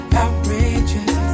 outrageous